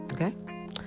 okay